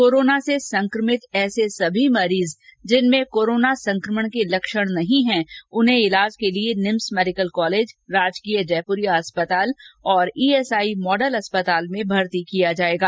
corona से संक्रमित ऐसे सभी मरीज जिनमें कोरोना संक्रमण के लक्षण नहीं हैं उन्हें इलाज के लिए निम्स मेडिकल कॉलेजराजकीय जयपुरिया अस्पताल और ईएसआई मॉडल अस्पताल में भर्ती किया जाएगा